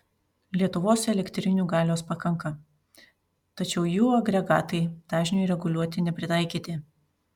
lietuvos elektrinių galios pakanka tačiau jų agregatai dažniui reguliuoti nepritaikyti